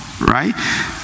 right